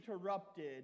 interrupted